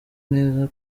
neza